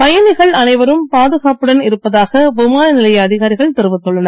பயணிகள் அனைவரும் பாதுகாப்புடன் இருப்பதாக விமான நிலைய அதிகாரிகள் தெரிவித்துள்ளனர்